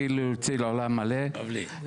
כאילו מציל עולם ומלואו.